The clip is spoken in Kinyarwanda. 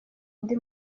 undi